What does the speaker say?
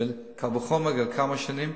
וקל וחומר כמה שנים,